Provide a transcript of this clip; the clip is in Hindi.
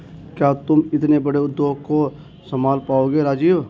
क्या तुम इतने बड़े उद्योग को संभाल पाओगे राजीव?